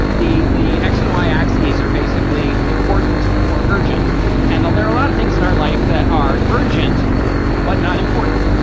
the the x and y axes are basically important or urgent and all. there are a lot of things in our life that are urgent but not important.